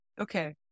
Okay